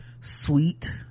sweet